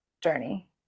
journey